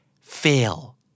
Fail